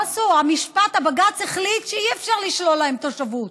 בג"ץ החליט שאי-אפשר לשלול להם תושבות,